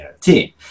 team